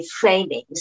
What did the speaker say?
framings